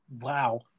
Wow